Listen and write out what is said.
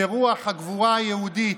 שרוח הגבורה היהודית